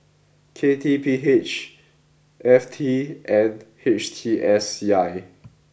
K T P H F T and H T S C I